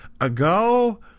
ago